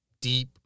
deep